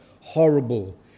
horrible